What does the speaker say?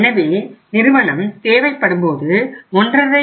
எனவே நிறுவனம் தேவைப்படும்போது 1